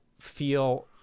feel